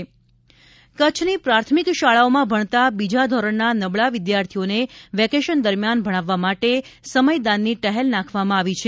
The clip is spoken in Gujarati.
ભણતરનું સમયદાન કચ્છની પ્રાથમિક શાળાઓમાં ભણતા બીજા ધોરણના નબળા વિદ્યાર્થીઓને વેકેશન દરમ્યાન ભણાવવા માટે સમયદાનની ટહેલ નાંખવામાં આવી છે